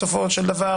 בסופו של דבר